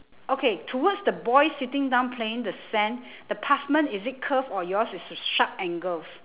okay towards the boy sitting down playing the sand the pavement is it curve or yours is a s~ sharp angles